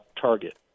Target